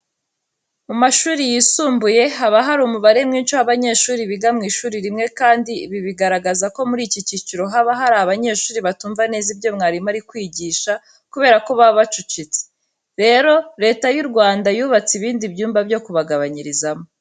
Mu mashuri yisumbuye haba hari umubare mwinshi w'abanyeshuri biga mu ishuri rimwe kandi ibi bigaragaza ko muri iki cyiciro haba hari abanyeshuri batumva neza ibyo mwarimu ari kwigisha kubera ko baba bacucitse. Rero, Leta y'u Rwanda yubatse ibindi byumba byo kubagabanyirizamo.